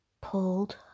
pulled